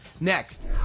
Next